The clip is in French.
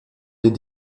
les